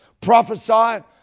Prophesy